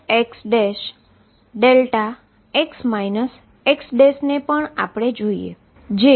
હવે આપણે fx ∞dxfxδx x ને પણ આપણે જાણીએ છીએ